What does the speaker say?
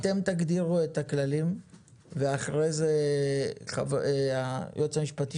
אתם תגדירו את הכללים ואחרי זה היועץ המשפטי